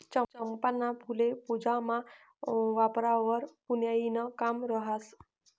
चंपाना फुल्ये पूजामा वापरावंवर पुन्याईनं काम रहास